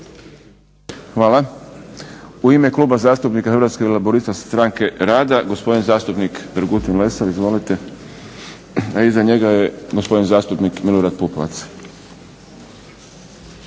Hvala. U ime Kluba zastupnica Hrvatskih laburista, stranke rada gospodin zastupnik Dragutin Lesar. Izvolite. A iza njega je gospodin zastupnik Milorad Pupovac.